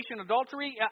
adultery